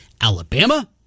Alabama